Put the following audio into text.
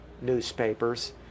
newspapers